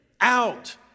out